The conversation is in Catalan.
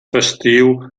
festiu